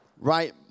Right